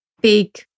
big